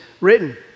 written